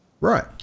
Right